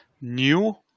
new